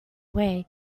away